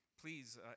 please